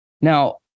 Now